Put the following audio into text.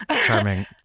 Charming